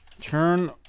Turn